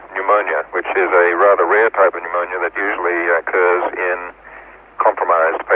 pneumonia, which is a rather rare type of pneumonia that usually occurs in compromised